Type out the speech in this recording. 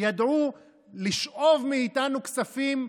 ידעו לשאוב מאיתנו כספים?